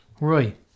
Right